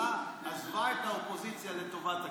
הכלכלה עזבה את האופוזיציה לטובת הקואליציה.